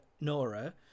Nora